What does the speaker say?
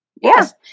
Yes